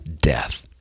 death